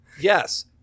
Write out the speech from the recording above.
Yes